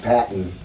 Patton